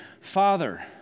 Father